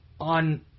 on